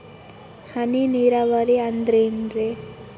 ಹನಿ ನೇರಾವರಿ ಅಂದ್ರೇನ್ರೇ?